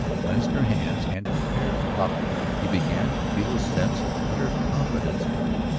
cleansed her hands and prepared to operate he began to feel a sense of utter confidence in her.